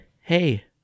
hey